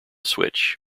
switch